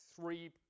three